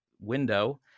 window